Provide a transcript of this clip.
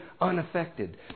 unaffected